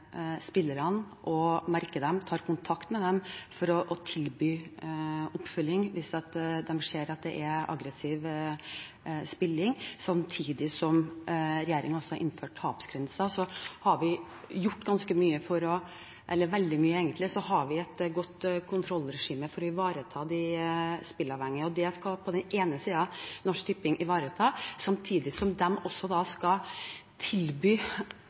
spillerne, merker seg dem og tar kontakt med dem for å tilby oppfølging hvis de ser at det er aggressiv spilling, samtidig som regjeringen har innført tapsgrenser. Så vi har gjort veldig mye, og vi har et godt kontrollregime for å ivareta de spilleavhengige. Det skal på den ene siden Norsk Tipping ivareta, samtidig som de også skal tilby